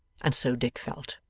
and so dick felt.